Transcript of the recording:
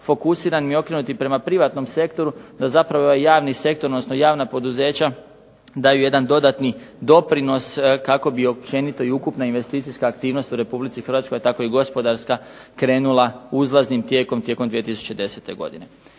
fokusiran i okrenut prema privatnom sektoru, to je zapravo javni sektor, odnosno javna poduzeća daju jedan dodatni doprinos kako bi općenito i ukupna investicijska aktivnost u Republici Hrvatskoj, a tako i gospodarska krenula uzlaznim tijekom tijekom 2010. godine.